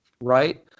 right